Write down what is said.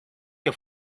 que